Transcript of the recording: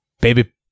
baby